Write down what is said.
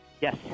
Yes